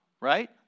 right